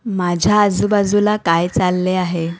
माझ्या आजूबाजूला काय चालले आहे